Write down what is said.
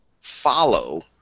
follow